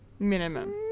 Minimum